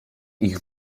ich